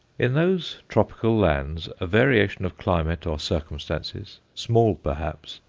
in those tropical lands a variation of climate or circumstances, small perhaps,